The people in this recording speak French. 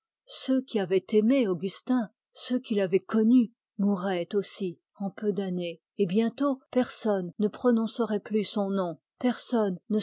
ceux qui avaient aimé augustin ceux qui l'avaient connu mourraient aussi en peu d'années et bientôt personne ne prononcerait plus son nom personne ne